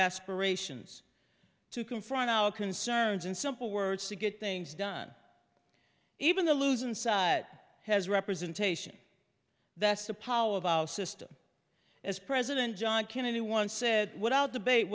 aspirations to confront our concerns in simple words to get things done even the losing side has representation that's the power of our system as president john kennedy once said without debate